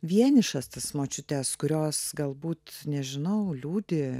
vienišas tas močiutes kurios galbūt nežinau liūdi